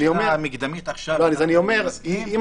השאלה המקדמית עכשיו היא -- אז אני אומר שאפשר